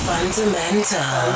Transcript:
Fundamental